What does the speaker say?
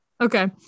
okay